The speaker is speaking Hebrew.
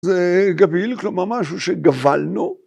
זה גביל כלומר משהו שגבלנו.